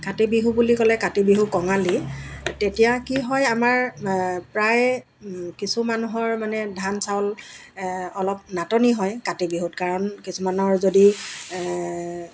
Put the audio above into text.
কাতি বিহু বুলি ক'লে কাতি বিহু কঙালী তেতিয়া কি হয় আমাৰ প্ৰায়ে কিছু মানুহৰ মানে ধান চাউল অলপ নাটনি হয় কাতি বিহুত কাৰণ কিছুমানৰ যদি